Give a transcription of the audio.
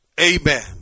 Amen